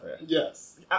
Yes